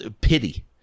pity